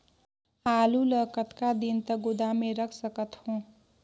आलू ल कतका दिन तक गोदाम मे रख सकथ हों?